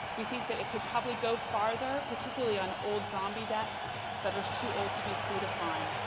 we think that it could probably go farther, particularly on old zombie debts that are too old to be sued upon,